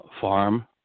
farm